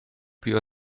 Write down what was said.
più